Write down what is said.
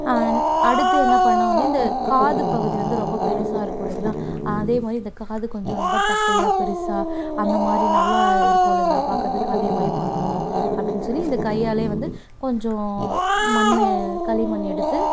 அடுத்து என்ன பண்ணேன்னா வந்து இந்த காதுப்பகுதி வந்து ரொம்ப பெருசாயிருக்கும் இல்லைங்களா அதேமாதிரி இந்த காது கொஞ்சம் ரொம்ப தட்டையாக பெருசாக அந்தமாதிரி நல்லாயிருக்கும் இல்லைங்களா பார்க்குறதுக்கு அதேமாதிரி பண்ணனும் அப்படின்னு சொல்லி இந்த கையாலேயே வந்து கொஞ்சம் மண் களிமண் எடுத்து